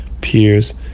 peers